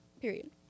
period